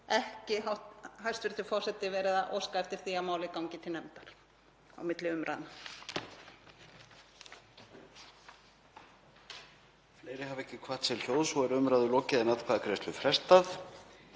ekki, hæstv. forseti, verið að óska eftir því að málið gangi til nefndar á milli umræðna.